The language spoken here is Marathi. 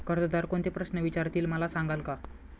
कर्जदार कोणते प्रश्न विचारतील, मला सांगाल का?